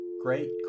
Great